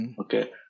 okay